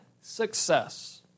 success